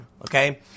Okay